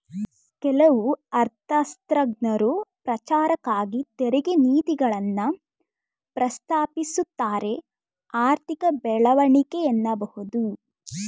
ಕೆಲವು ಅರ್ಥಶಾಸ್ತ್ರಜ್ಞರು ಪ್ರಚಾರಕ್ಕಾಗಿ ತೆರಿಗೆ ನೀತಿಗಳನ್ನ ಪ್ರಸ್ತಾಪಿಸುತ್ತಾರೆಆರ್ಥಿಕ ಬೆಳವಣಿಗೆ ಎನ್ನಬಹುದು